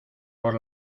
por